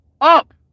up